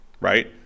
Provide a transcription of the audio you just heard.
right